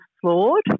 flawed